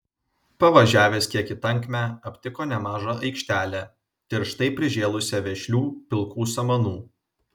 pavažiavęs kiek į tankmę aptiko nemažą aikštelę tirštai prižėlusią vešlių pilkų samanų